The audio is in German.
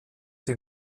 den